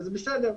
וזה בסדר.